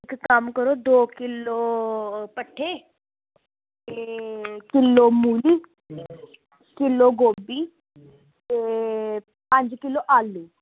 इक कम्म करो दो किलो भट्ठे किलो मूली किलो गोभी पंज किलो आलूं